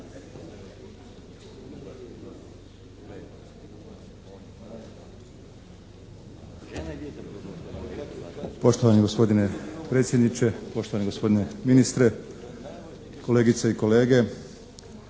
Poštovani gospodine predsjedniče, poštovani gospodine ministre, kolegice i kolege.